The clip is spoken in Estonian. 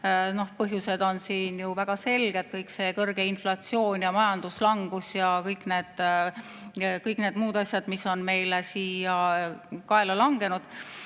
Põhjused on väga selged: see kõrge inflatsioon ja majanduslangus ja kõik need muud asjad, mis on meile kaela langenud.